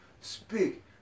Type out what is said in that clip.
Speak